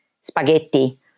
spaghetti